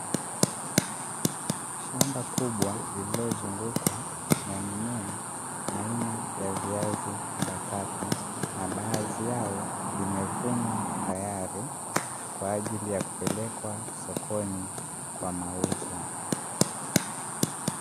Shamba kubwa lililozungukwa na mimiea aina ya viazi mbatata na baadhi yao vimevunwa tayari kwa ajili ya kupelekwa sokoni kwa mauzo.